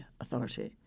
authority